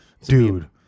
Dude